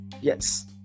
Yes